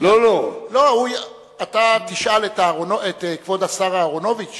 אתה תשאל את כבוד השר אהרונוביץ